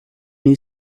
new